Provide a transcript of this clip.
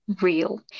real